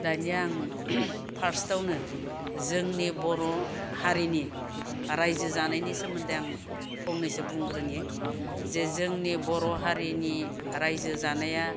दानिया आं फार्स्टआवनो जोंनि बर' हारिनि रायजो जानायनि सोमोन्दै आं फंनैसो बुंग्रोनि जे जोंनि बर' हारिनि रायजो जानाया